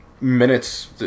minutes